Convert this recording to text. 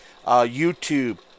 YouTube